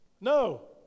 No